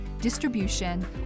distribution